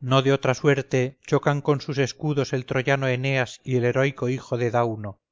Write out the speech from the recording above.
no de otra suerte chocan con sus escudos el troyano eneas y el heroico hijo de dauno